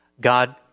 God